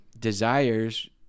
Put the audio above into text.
desires